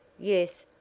yes.